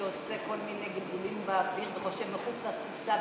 שעושה כל מיני גלגולים באוויר וחושב מחוץ לקופסה,